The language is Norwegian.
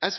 er at